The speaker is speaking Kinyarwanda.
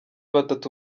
batatu